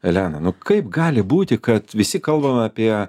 elena nu kaip gali būti kad visi kalbame apie